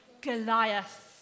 Goliath